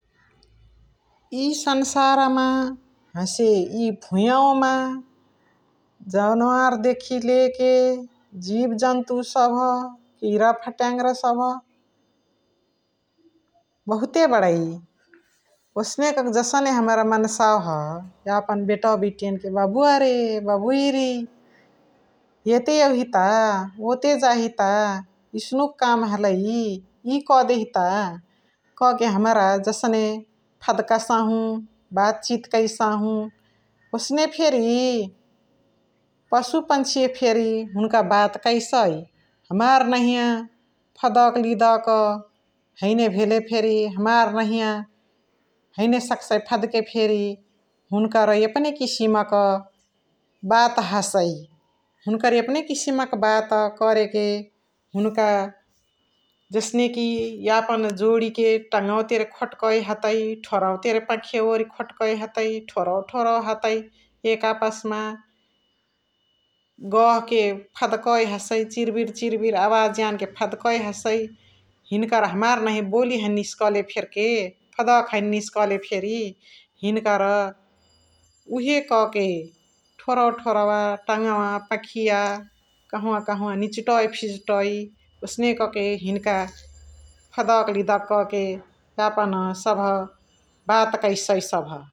एय सन्सारमा हसे एय भुयवा मा जनावर देखी लेके जिब जन्तु सभ किरा फत्यङरा सभ बहुते बडै । ओसने कह के जसने हमरा मन्सावा सभ यपन बेटवा बेटिन्के बबुवा रे बबुइ रि एते यवही ता ओते जही ता एसनुक काम हलइ एय क देही ता कह के हमरा जसने फदकसहु बात छित कै सहु ओसने फेरी पसु पन्छी फेरी हुन्का बात कै साइ । हमार नहिय फदक लिदक हैने भेले फेरि, हमार नहिय हैने सक्साइ फदके फेरी हुनुकर यपने किसिम क बात हसै । हुनुकर यपने किसिम क बात कर के, हुनुका जसने कि यपन जोदी क तगवा केरे खोकटै हतै, ठुरवा केरे पखिय खोकटै हतै, थोरवा थोरवा खोकटै हतै एक आपस मा गह के फदकइ हसइ चिरबिर चिरबिर आवज यन के फदकइ हसइ । हिनिकर हमार नहिय बोली हैने निस्कले फेरके फदक हैने निस्कले फेरि, हिन्करा उहे क के थोरवा थोरव, तङव, पखिय कहव कहव निचुटै फिचुटै ओसने कह के हिनिका फदक लिदक कह के यपन सभ बात कैसै ।